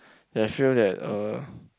they feel that uh